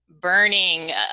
burning